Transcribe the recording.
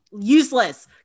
useless